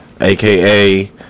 AKA